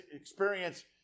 experience